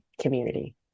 Community